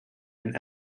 been